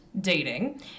dating